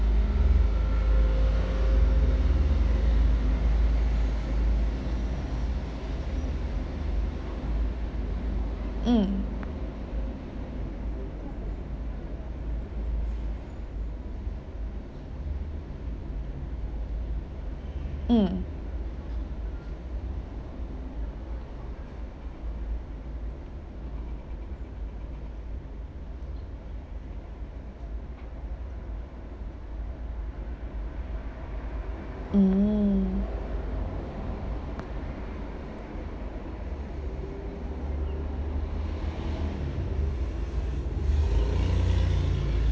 mm mm mm